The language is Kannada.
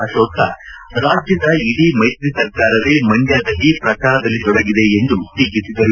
ಅಶೋಕ ರಾಜ್ಯದ ಇಡೀ ಮೈತ್ರಿ ಸರಕಾರವೇ ಮಂಡ್ಲದಲ್ಲಿ ಪ್ರಚಾರದಲ್ಲಿ ತೊಡಗಿದೆ ಎಂದು ಟೀಕಿಸಿದರು